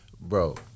bro